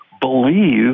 believe